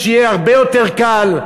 שיהיה הרבה יותר קל.